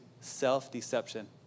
self-deception